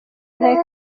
nta